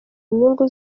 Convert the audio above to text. nyungu